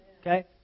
Okay